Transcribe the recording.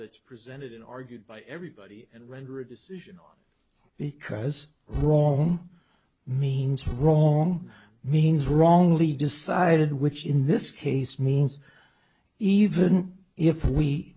that's presented in argued by everybody and render a decision because wrong means wrong means wrongly decided which in this case means even if we